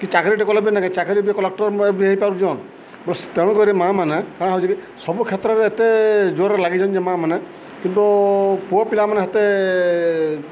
କି ଚାକିରିଟେ କଲେବେ ନାକଁ ଚାକିରି ବି କଲେକ୍ଟର ବି ହେଇପାରୁଚନ୍ ବ ତେଣୁକରି ମାଆ ମାନେ କାରଣା ହଉଚି କି ସବୁ କ୍ଷେତ୍ରରେ ଏତେ ଜୋରରେ ଲାଗିଚନ ଯେ ମାଆ ମାନେ କିନ୍ତୁ ପୁଅ ପିଲାମାନେ ଏତେ